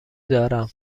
دارم